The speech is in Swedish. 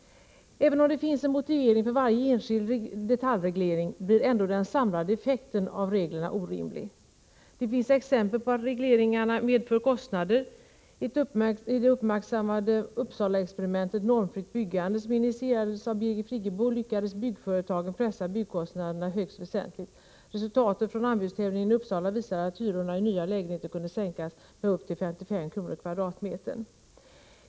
Även om det finns en motivering för varje enskild detaljreglering blir ändå den samlade effekten av reglerna orimlig. Det finns exempel på att regleringarna medför kostnader. I det uppmärksammade Uppsala-experimentet Normfritt byggande, som initierades av Birgit Friggebo, lyckades byggföretagen pressa byggkostnaderna högst väsentligt. Resultatet från anbudstävlingen i Uppsala visade att hyrorna i nya lägenheter skulle kunna sänkas med upp till 55 kr./m?.